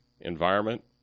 environment